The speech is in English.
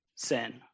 sin